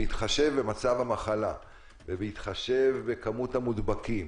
בהתחשב במצב המחלה ובהתחשב בכמות המודבקים